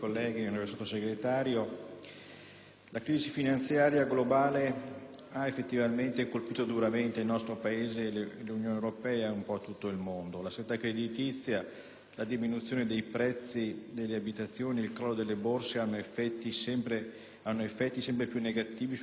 la crisi finanziaria globale ha colpito duramente il nostro Paese, l'Unione europea e un po' tutto il mondo. La stretta creditizia, la diminuzione dei prezzi delle abitazioni, il crollo delle Borse hanno effetti sempre più negativi sulla fiducia dei consumatori,